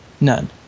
None